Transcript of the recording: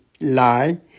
lie